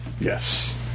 yes